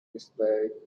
despite